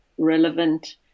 relevant